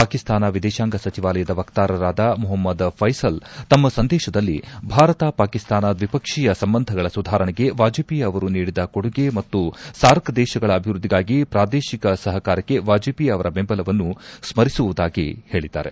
ಪಾಕಿಸ್ತಾನ ವಿದೇಶಾಂಗ ಸಚಿವಾಲಯದ ವಕ್ತಾರರಾದ ಮೊಹಮ್ಮದ್ ಫೈಸಲ್ ತಮ್ಮ ಸಂದೇಶದಲ್ಲಿ ಭಾರತ ಪಾಕಿಸ್ತಾನ ದ್ವಿಪಕ್ಷೀಯ ಸಂಬಂಧಗಳ ಸುಧಾರಣೆಗೆ ವಾಜಪೇಯಿ ಅವರು ನೀಡಿದ ಕೊಡುಗೆ ಮತ್ತು ಸಾರ್ಕ್ ದೇಶಗಳ ಅಭಿವೃದ್ದಿಗಾಗಿ ಪ್ರಾದೇಶಿಕ ಸಹಕಾರಕ್ಕೆ ವಾಜಪೇಯಿ ಅವರ ಬೆಂಬಲವನ್ನು ಸ್ಮರಿಸುವುದಾಗಿ ಹೇಳಿದ್ದಾರೆ